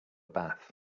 bath